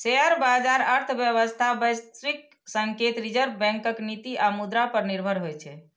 share बाजार अर्थव्यवस्था, वैश्विक संकेत, रिजर्व बैंकक नीति आ मुद्रा पर निर्भर होइ छै